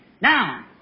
Now